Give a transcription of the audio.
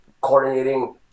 coordinating